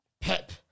Pep